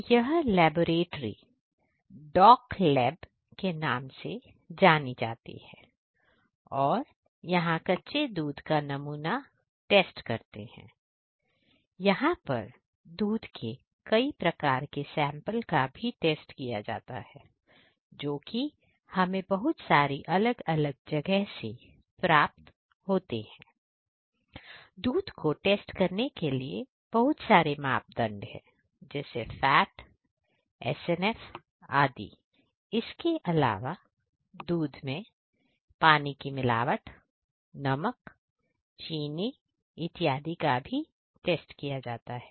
तो यह लैबोरेट्री डॉक lab S N F SNF आदि इसके अलावा दूध में पानी की मिलावट नमक चीनी इत्यादि का भी टेस्ट किया जाता है